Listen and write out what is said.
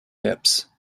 hips